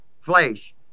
flesh